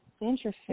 Interesting